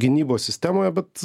gynybos sistemoje bet